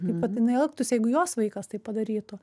kaip vat jinai elgtųsi jeigu jos vaikas tai padarytų